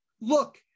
look